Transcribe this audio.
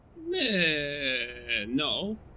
No